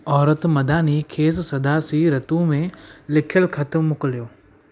औरत मदाहनी खेसि सदासी रत में लिख्यलु ख़त मोकिलियो